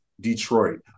Detroit